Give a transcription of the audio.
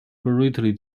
greatly